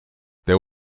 there